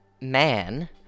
man